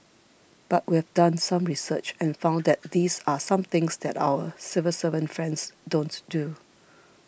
but we've done some research and found that these are some things that our civil servant friends don't do